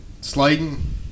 sliding